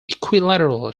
equilateral